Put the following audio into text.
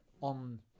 on